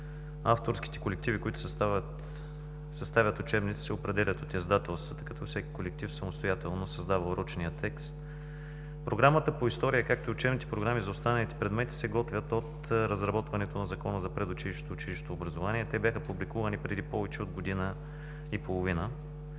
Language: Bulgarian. Авторските колективи, които съставят учебниците, се определят от издателствата, като всеки колектив самостоятелно създава урочния текст. Програмата по история, както и учебните програми за останалите предмети, се готвят от разработването на Закона за предучилищното и училищното образование. Те бяха публикувани преди повече от година и половина.